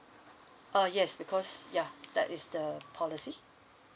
uh yes because ya that is the policy